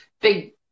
big